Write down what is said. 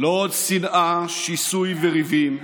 לא עוד שנאה, שיסוי וריבים.